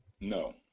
no